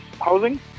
housing